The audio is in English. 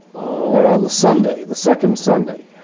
on the sunday, the second sunday,